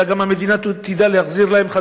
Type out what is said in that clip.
אלא שגם המדינה תדע להחזיר להם.